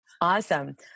Awesome